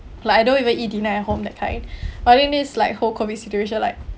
like I don't even eat dinner at home that kind but I mean this like whole COVID situation like